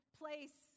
place